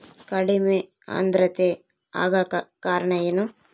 ಕಡಿಮೆ ಆಂದ್ರತೆ ಆಗಕ ಕಾರಣ ಏನು?